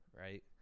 right